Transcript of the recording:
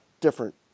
different